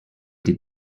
did